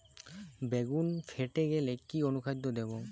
বেগুন ফেটে গেলে কি অনুখাদ্য দেবো?